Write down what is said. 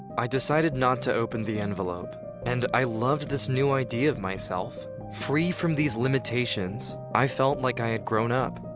i decided not to open the envelope and i loved this new idea of myself free from these limitations! i felt like i had grown up.